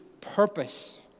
purpose